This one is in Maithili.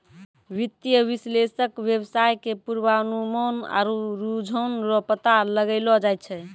वित्तीय विश्लेषक वेवसाय के पूर्वानुमान आरु रुझान रो पता लगैलो जाय छै